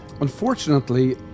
Unfortunately